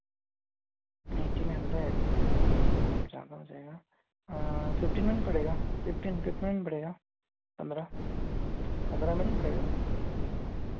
eighteen hundred ज़्यादा हो जाएगा फिफ्टीन में नहीं पड़ेगा फिफ्टीन फिफ्टीन में नहीं पड़ेगा पंद्रह पंद्रह में नहीं पड़ेगा